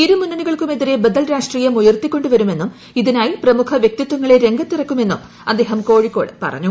ഇരുമുന്നണികൾക്കും എതിരെ ബദൽ രാഷ്ട്രീയം ഉയർത്തി കൊണ്ടുവരുമെന്നും ഇതിനായി പ്രമുഖ വൃക്തിത്വങ്ങളെ രംഗത്തിറക്കുമെന്നും അദ്ദേഹം കോഴിക്കോട് പറഞ്ഞു